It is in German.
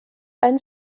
ein